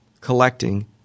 collecting